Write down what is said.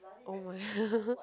oh my